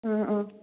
ꯎꯝ ꯎꯝ